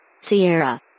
Sierra